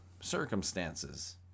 circumstances